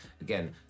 Again